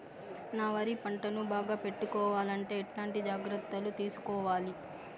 నా వరి పంటను బాగా పెట్టుకోవాలంటే ఎట్లాంటి జాగ్రత్త లు తీసుకోవాలి?